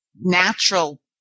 natural